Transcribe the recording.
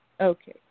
Okay